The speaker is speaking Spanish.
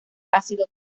ácido